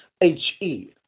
H-E